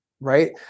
Right